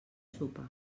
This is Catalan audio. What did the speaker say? sopar